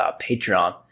Patreon